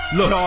Look